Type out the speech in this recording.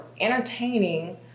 entertaining